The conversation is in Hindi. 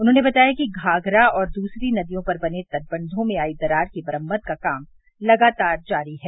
उन्होंने बताया कि घाघरा और दूसरी नदियों पर बने तटबंघों में आई दरार की मरम्मत का काम लगातार जारी है